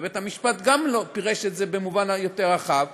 ובית-המשפט גם פירש את זה במובן יותר רחב.